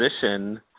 position